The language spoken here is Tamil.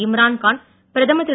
இம்ரான்கான் பிரதமர் திரு